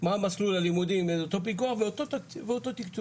מה המסלול הלימודי עם אותו פיקוח ואותו תקצוב,